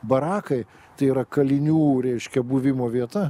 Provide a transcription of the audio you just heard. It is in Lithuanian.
barakai tai yra kalinių reiškia buvimo vieta